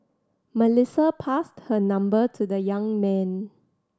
Melissa passed her number to the young man